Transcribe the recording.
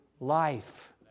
Life